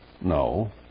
No